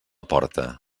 porta